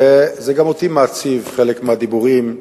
וזה גם אותי מעציב, חלק מהדיבורים,